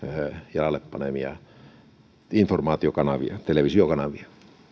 jalalle panemia informaatiokanavia televisiokanavia